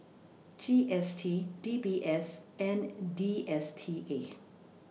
G S T D B S and D S T A